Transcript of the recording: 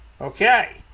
Okay